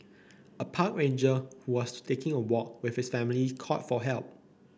a park ranger who was taking a walk with his family called for help